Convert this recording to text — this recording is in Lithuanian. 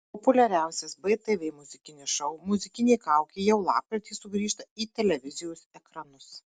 populiariausias btv muzikinis šou muzikinė kaukė jau lapkritį sugrįžta į televizijos ekranus